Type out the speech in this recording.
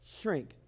shrink